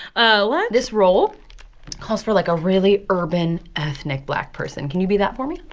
um ah this role calls for, like, a really urban, ethnic black person. can you be that for me?